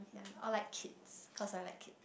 I like kids cause I like kid